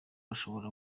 ushobora